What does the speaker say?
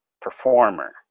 performer